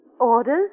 Orders